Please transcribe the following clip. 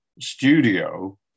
studio